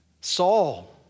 Saul